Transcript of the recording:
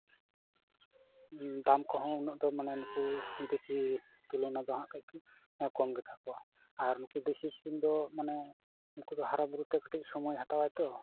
ᱫᱟᱢ ᱠᱚᱦᱚᱸ ᱩᱱᱟᱹᱜ ᱫᱚ ᱢᱟᱱᱮ ᱩᱱᱠᱩ ᱫᱮᱥᱤ ᱛᱩᱞᱚᱱᱟ ᱫᱚ ᱦᱟᱸᱜ ᱠᱟᱹᱡᱼᱠᱟᱹᱡ ᱠᱚᱢ ᱜᱮᱛᱟᱠᱚᱣᱟ ᱟᱨ ᱩᱱᱠᱩ ᱫᱮᱥᱤ ᱥᱤᱢ ᱫᱚ ᱢᱟᱱᱮ ᱩᱱᱠᱩ ᱫᱚ ᱦᱟᱨᱟ ᱵᱩᱨᱩ ᱛᱮ ᱠᱟᱹᱴᱤᱡ ᱥᱚᱢᱚᱭ ᱦᱟᱛᱟᱣᱟᱭ ᱛᱚ